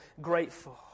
grateful